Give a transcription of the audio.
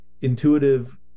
Intuitive